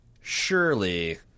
surely